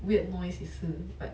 weird noise 也是 but